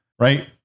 right